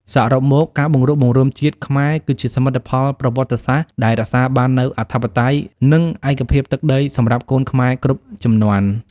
សរុបមក ការបង្រួបបង្រួមជាតិខ្មែរគឺជាសមិទ្ធផលប្រវត្តិសាស្ត្រដែលរក្សាបាននូវអធិបតេយ្យ និងឯកភាពទឹកដីសម្រាប់កូនខ្មែរគ្រប់ជំនាន់។